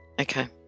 Okay